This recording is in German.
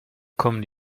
kommen